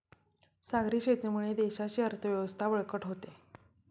सागरी शेतीमुळे देशाची अर्थव्यवस्था बळकट होते